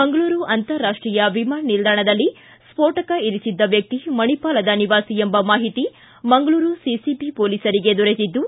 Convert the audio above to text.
ಮಂಗಳೂರು ಅಂತಾರಾಷ್ಷೀಯ ವಿಮಾನ ನಿಲ್ಲಾಣದಲ್ಲಿ ಸ್ತೋಟಕ ಇರಿಸಿದ್ದ ವ್ಯಕ್ತಿ ಮಣಿಪಾಲದ ನಿವಾಸಿ ಎಂಬ ಮಾಹಿತಿ ಮಂಗಳೂರು ಸಿಸಿಬಿ ಪೊಲೀಸರಿಗೆ ದೊರೆತಿದ್ದು